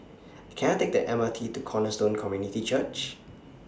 Can I Take The M R T to Cornerstone Community Church